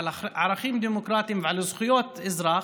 על ערכים דמוקרטיים ועל זכויות אזרח,